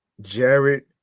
Jared